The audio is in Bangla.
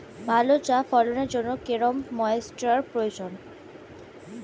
ভালো চা ফলনের জন্য কেরম ময়স্চার প্রয়োজন?